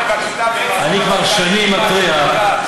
אני כבר שנים מתריע,